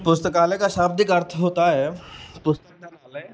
पुस्तकालय का शाब्दिक अर्थ होता है पुस्तक आलय